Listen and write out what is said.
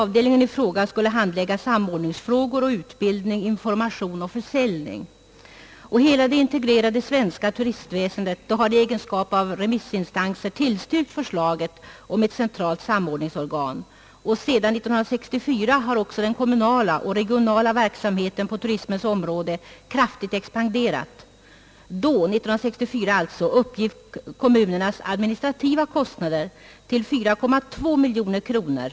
Avdelningen i fråga skulle handlägga ärenden rörande samordning, utbildning, information och försäljning. Hela det integrerade svenska turistväsendet har i egenskap av remissinstanser tillstyrkt förslaget om ett centralt samordningsorgan. Sedan 1964 har också den kommunala och regionala verksamheten på turismens område kraftigt expanderat. År 1964 uppgick kommunernas administrativa kostnader till 4,2 miljoner kronor.